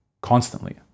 constantly